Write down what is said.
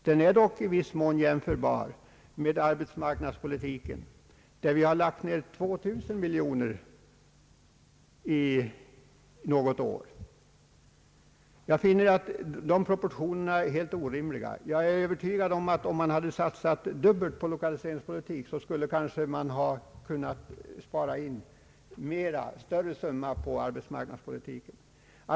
Den är dock i viss mån jämförbar med arbetsmarknadspolitiken som har kostat 2 000 miljoner under ett år. Jag finner att dessa proportioner är helt orimliga, och jag är övertygad om att om man hade satsat det dubbla på lokaliseringspolitiken, hade man kanske kunnat spara in en än större summa på arbetsmarknadspolitiken.